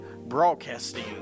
Broadcasting